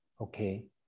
Okay